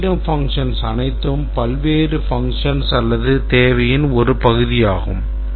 இந்த அச்சிடும் functions அனைத்தும் பல்வேறு functions அல்லது தேவைகளின் ஒரு பகுதியாகும்